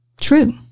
true